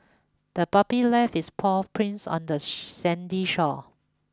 the puppy left its paw prints on the sandy shore